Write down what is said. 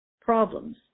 problems